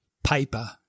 paper